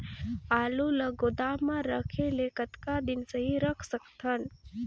आलू ल गोदाम म रखे ले कतका दिन सही रख सकथन?